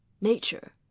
Nature